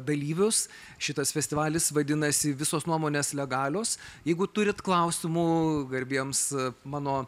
dalyvius šitas festivalis vadinasi visos nuomonės legalios jeigu turit klausimų garbiems mano